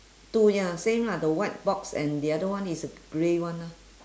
two ya same lah the white box and the other one is a grey one ah